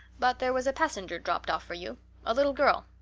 but there was a passenger dropped off for you a little girl.